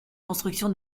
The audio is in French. construction